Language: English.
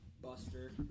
buster